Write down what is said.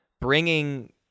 bringing